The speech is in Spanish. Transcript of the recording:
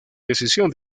decisión